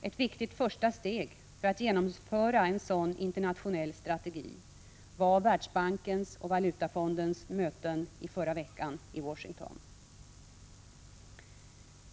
Ett viktigt första steg för att genomföra en sådan internationell strategi var Världsbankens och Valutafondens möten i förra veckan i Washington.